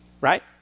right